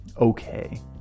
okay